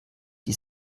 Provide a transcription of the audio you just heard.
die